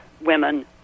women